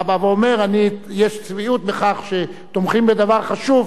אתה אומר: יש צביעות בכך שתומכים בדבר חשוב,